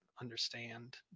understand